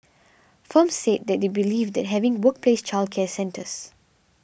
firms said they believed that having workplace childcare centres